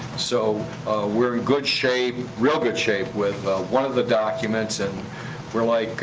so we're in good shape, real good shape with one of the documents, and we're like,